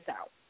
out